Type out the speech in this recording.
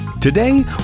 Today